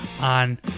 on